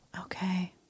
Okay